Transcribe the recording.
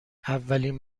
اولین